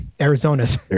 Arizona's